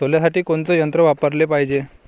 सोल्यासाठी कोनचं यंत्र वापराले पायजे?